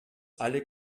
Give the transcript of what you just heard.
alle